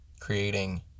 creating